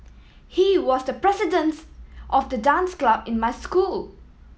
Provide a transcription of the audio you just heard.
he was the presidents of the dance club in my school